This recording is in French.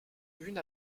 une